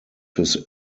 his